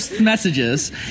messages